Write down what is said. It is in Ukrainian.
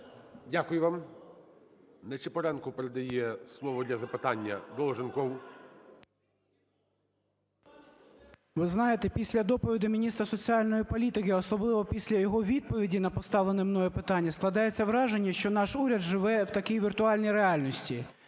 Дякую вам. Ничипоренко передає слово для запитання Долженкову. 11:10:28 ДОЛЖЕНКОВ О.В. Ви знаєте, після доповіді міністра соціальної політики, особливо після його відповіді на поставлене мною питання, складається враження, що наш уряд живе в такій віртуальній реальності.